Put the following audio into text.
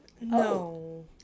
no